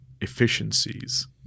efficiencies